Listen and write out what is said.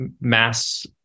mass